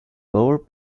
lower